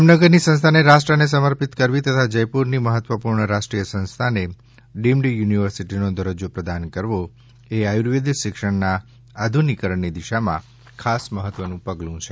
જામનગરની સંસ્થાને રાષ્ટ્રને સમર્પિત કરવી તથા જયપુરની મહત્વપૂર્ણ રાષ્ટ્રીય સંસ્થાને ડીમ્ડ યુનિવર્સિટીનો દરજ્જો પ્રદાન કરવો એ આયુર્વેદ શિક્ષણના આધુનિકીકરણની દિશામાં ખાસ મહત્વપૂર્ણ પગલું છે